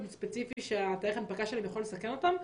ספציפי שתאריך ההנפקה שלהם יכול לסכן אותם.